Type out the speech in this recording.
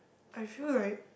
I feel like